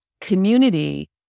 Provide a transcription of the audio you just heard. community